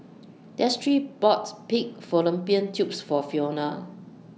Destry bought Pig Fallopian Tubes For Fiona